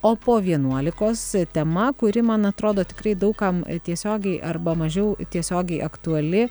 o po vienuolikos tema kuri man atrodo tikrai daug kam tiesiogiai arba mažiau tiesiogiai aktuali